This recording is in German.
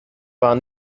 war